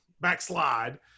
backslide